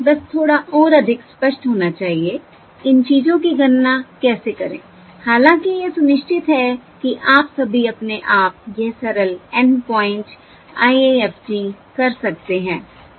बस थोड़ा और अधिक स्पष्ट होना चाहिए इन चीजों की गणना कैसे करें हालांकि यह सुनिश्चित है कि आप सभी अपने आप यह सरल N प्वाइंट IIFT कर सकते हैं